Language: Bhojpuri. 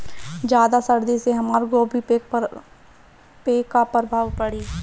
ज्यादा सर्दी से हमार गोभी पे का प्रभाव पड़ी?